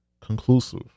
conclusive